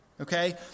Okay